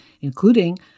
including